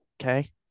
Okay